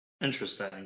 Interesting